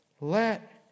Let